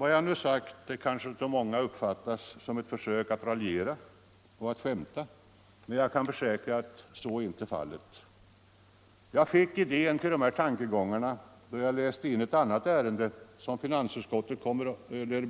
Vad jag nu sagt kanske av många uppfattas som ett försök att raljera och skämta, men jag kan försäkra att så är ej fallet. Jag fick idén till dessa tankegångar då jag läste in ett annat ärende som finansutskottet